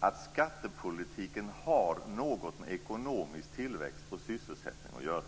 att skattepolitiken har något med ekonomisk tillväxt och sysselsättning att göra.